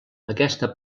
aquesta